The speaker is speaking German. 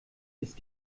ist